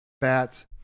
bats